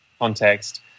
context